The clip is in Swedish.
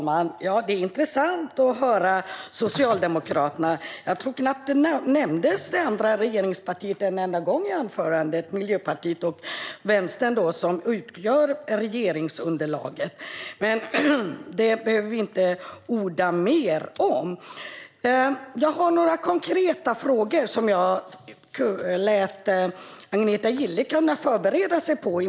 Herr talman! Det är intressant att höra Socialdemokraterna. Jag tror knappt att det andra regeringspartiet Miljöpartiet eller Vänstern som utgör regeringsunderlag nämndes i anförandet. Men det behöver vi inte orda mer om. Jag har några konkreta frågor som jag tog upp i mitt anförande och som Agneta Gille kunde förbereda sig för.